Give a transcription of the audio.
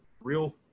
real